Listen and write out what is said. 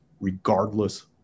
regardless